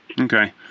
Okay